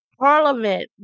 Parliament